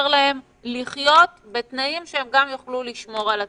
להם לחיות בתנאים שהם גם יוכלו לשמור על עצמם.